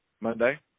Monday